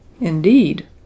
Indeed